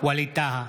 ווליד טאהא,